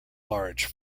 large